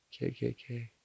KKK